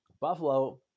Buffalo